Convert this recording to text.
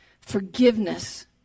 Forgiveness